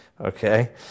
okay